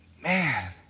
man